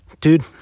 dude